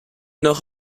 noch